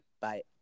Bye